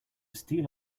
steal